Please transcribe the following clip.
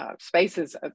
spaces